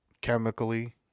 chemically